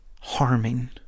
harming